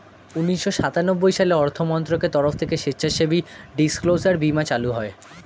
উন্নিশো সাতানব্বই সালে অর্থমন্ত্রকের তরফ থেকে স্বেচ্ছাসেবী ডিসক্লোজার বীমা চালু হয়